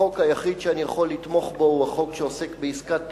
החוק היחיד שאני יכול לתמוך בו הוא החוק שעוסק בעסקת טיעון.